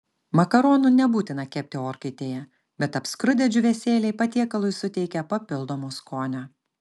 makaronų nebūtina kepti orkaitėje bet apskrudę džiūvėsėliai patiekalui suteikia papildomo skonio